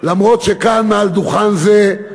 למרות שכאן, מעל דוכן זה,